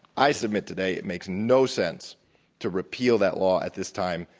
i submit today it makes no sense to repeal that law at this time,